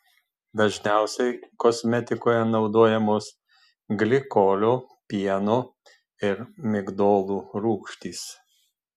dažniausiai kosmetikoje naudojamos glikolio pieno ir migdolų rūgštys